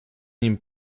nim